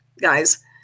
guys